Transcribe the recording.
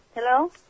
Hello